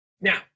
Now